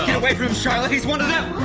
away from him charlotte. he's one of them!